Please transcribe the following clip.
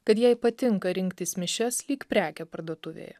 kad jai patinka rinktis mišias lyg prekę parduotuvėje